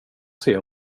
ser